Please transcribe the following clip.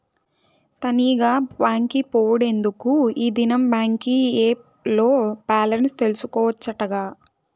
తనీగా బాంకి పోవుడెందుకూ, ఈ దినం బాంకీ ఏప్ ల్లో బాలెన్స్ తెల్సుకోవచ్చటగా